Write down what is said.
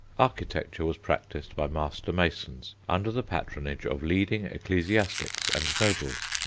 architecture was practised by master-masons under the patronage of leading ecclesiastics and nobles.